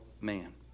man